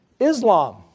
Islam